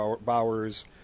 bowers